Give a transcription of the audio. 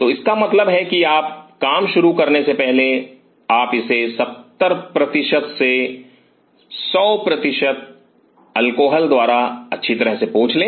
तो इसका मतलब है कि आपके काम शुरू करने से पहले आप इसे 70 से 100 अल्कोहल के द्वारा अच्छी तरह से पोंछ ले